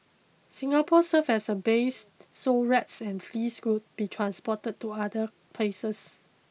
Singapore served as a base so rats and fleas could be transported to other places